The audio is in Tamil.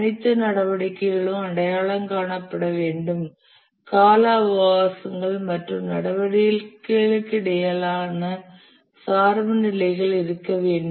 அனைத்து நடவடிக்கைகளும் அடையாளம் காணப்படவேண்டும் கால அவகாசங்கள் மற்றும் நடவடிக்கைகளுக்கு இடையிலான சார்புநிலைகள் இருக்க வேண்டும்